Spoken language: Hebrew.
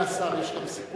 אדוני השר, יש גם סיכום?